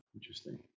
interesting